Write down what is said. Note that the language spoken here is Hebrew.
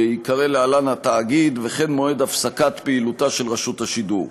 שייקרא להלן "התאגיד" וכן מועד הפסקת פעילותה של רשות השידור.